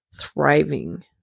thriving